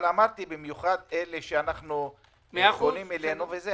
אבל במיוחד אלה שפונים אלינו,